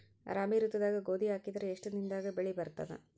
ರಾಬಿ ಋತುದಾಗ ಗೋಧಿ ಹಾಕಿದರ ಎಷ್ಟ ದಿನದಾಗ ಬೆಳಿ ಬರತದ?